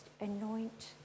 anoint